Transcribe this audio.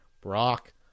Brock